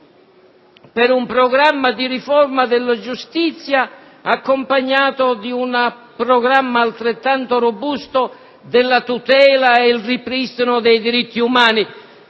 ad un programma di riforma della giustizia, accompagnato da un programma altrettanto robusto per la tutela ed il ripristino dei diritti umani: